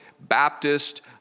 Baptist